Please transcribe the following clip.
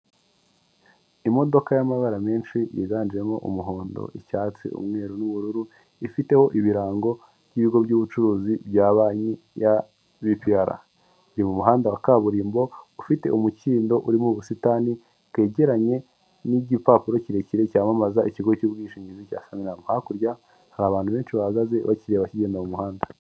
Imodoka y'amabara menshi yiganjemo umuhondo, icyatsi, umweru n'ubururu, ifiteho ibirango by'ibigo by'ubucuruzi bya banki ya BPR, biri mu muhanda wa kaburimbo ufite umukindo urimo ubusitani bwegeranye n'igipapuro kirekire cyamamaza ikigo cy'ubwishingizi cya shaniramu, hakurya hari abantu benshi bahagaze bari kugenda mu muhanda.